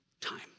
time